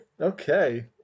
okay